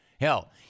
Hell